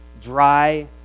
dry